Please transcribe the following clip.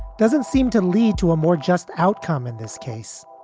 doesn't seem to lead to a more just outcome in this case.